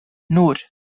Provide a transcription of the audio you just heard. nur